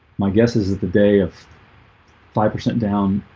my guess is is the day of five percent down,